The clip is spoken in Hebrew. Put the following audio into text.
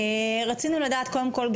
רצינו לדעת קודם כל,